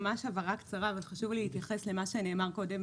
ממש הבהרה קצרה וחשוב להתייחס למה שנאמר קודם